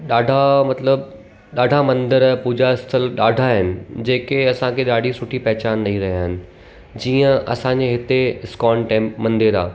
ॾाढा मतिलबु ॾाढा मंदरु पूजा स्थल ॾाढा आहिनि जेके असांखे ॾाढी सुठी पहचान ॾेई रहिया आहिनि जीअं असांजे हिते इस्कॉन टैम मंदरु आहे